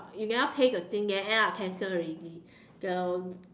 you never pay the thing then end up cancel already the